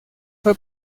fue